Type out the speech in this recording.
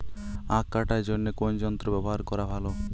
আঁখ কাটার জন্য কোন যন্ত্র ব্যাবহার করা ভালো?